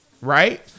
right